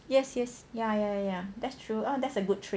yes yes ya ya that's true that's a good trick